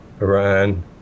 Iran